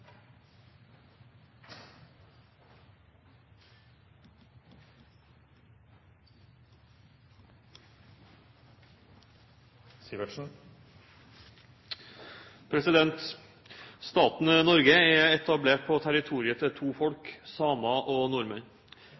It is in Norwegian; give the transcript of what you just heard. etablert på territoriet til to folk – samer og nordmenn.